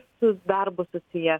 su darbu susiję